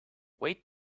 wait